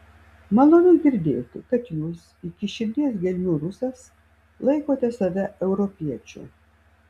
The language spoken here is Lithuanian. malonu girdėti kad jūs iki širdies gelmių rusas laikote save europiečiu